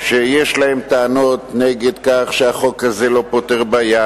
שיש להם טענות על כך שהחוק הזה לא פותר בעיה,